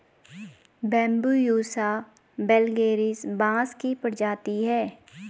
Bambusa vulgaris बाँस की प्रजाति है